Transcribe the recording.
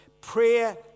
prayer